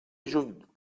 juny